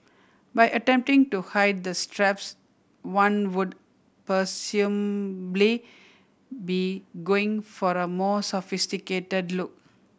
by attempting to hide the straps one would presumably be going for a more sophisticated look